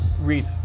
read